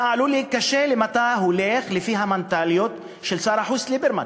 אתה עלול להיכשל אם אתה הולך לפי המנטליות של שר החוץ ליברמן,